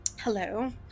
hello